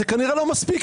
זה כנראה לא מספיק,